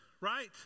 right